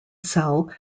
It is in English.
cell